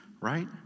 right